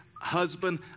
husband